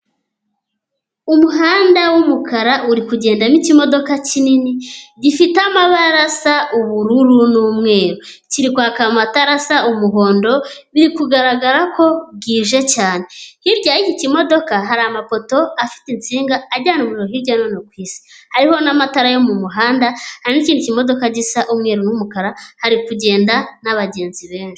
Umuhanda w'umukara uri kugendamo ikimodoka kinini, gifite amabara asa ubururu n'umweru, kiri kwaka amatara asa umuhondo, biri kugaragara ko bwije cyane. Hirya y'iki kimodoka hari amapoto afite insinga ajyana umuriro hirya no hino ku isi, hariho n'amatara yo mu muhanda, hari n'ikindi kimodoka gisa umweru n'umukara, hari kugenda n'abagenzi benshi.